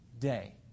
day